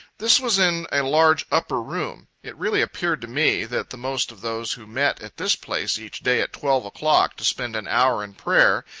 this was in a large upper room. it really appeared to me, that the most of those who met at this place each day at twelve o'clock to spend an hour in prayer,